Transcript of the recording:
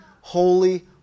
holy